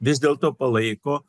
vis dėlto palaiko